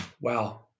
wow